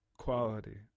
quality